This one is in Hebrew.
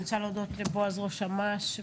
אני רוצה להודות לבועז, ראש אמ"ש.